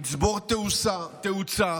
יצבור תאוצה